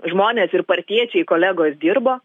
žmonės ir partiečiai kolegos dirbo